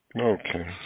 Okay